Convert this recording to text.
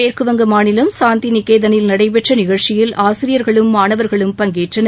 மேற்குவங்க மாநிலம் சாந்திநிகேதனில் நடைபெற்ற நிகழ்ச்சியில் ஆசிரியர்களும் மாணவர்களும் பங்கேற்றனர்